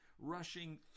rushing